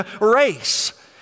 race